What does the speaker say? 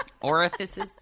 Orifices